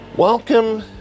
Welcome